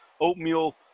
oatmeal